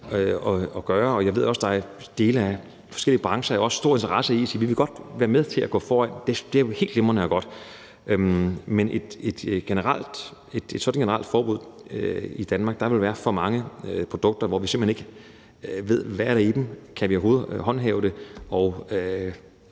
at gøre, og jeg ved også, at der i dele af forskellige brancher er stor interesse i at sige: Vi vil godt være med til at gå foran. Det er jo helt glimrende og godt. Men med sådan et generelt forbud i Danmark vil der være for mange produkter, som vi simpelt hen ikke ved hvad der i – kan vi overhovedet håndhæve det,